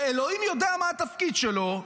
שאלוהים יודע מה התפקיד שלו,